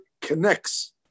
connects